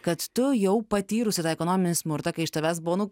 kad tu jau patyrusi tą ekonominį smurtą kai iš tavęs buvo nu